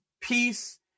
peace